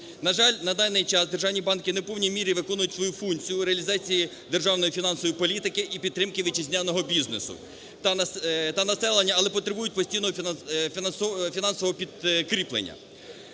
На жаль, на даний час державні банки не в повній мірі виконують свою функцію реалізації державної фінансової політики і підтримки вітчизняного бізнесу та населення, але потребують постійного фінансового підкріплення.